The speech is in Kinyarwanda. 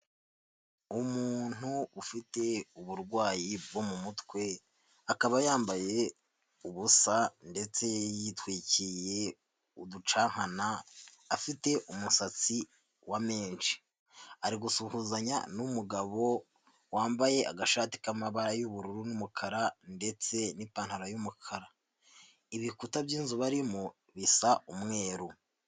Umuntu ufite uburwayi bwo mu mutwe akaba yambaye ubusa ndetse yitwikiriye uducankana, afite umusatsi wa menshi, ari gusuhuzanya n'umugabo wambaye agashati k'amabara y'ubururu n'umukara ndetse n'ipantaro y'umukara, ibikuta by'inzu barimo bisa umweru.